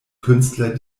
künstler